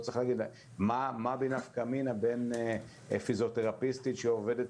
מה הנפקא מינה בין פיזיותרפיסטית שעובדת